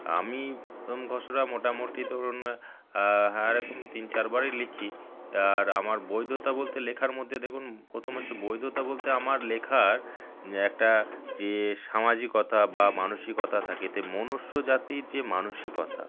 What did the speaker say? আমি প্রথম খসড়া মোটামুটি ধরুন হ্যাঁ এরকম তিন চারবারই লিখি আর আমার বৈধতা বলতে লেখার মধ্যে দেখুন প্রথম হচ্ছে বৈধতা বলতে আমার লেখার একটা যে সামাজিকতা বা মানসিকতা থাকে এতে মনুষ্য জাতির যে মানসিকতা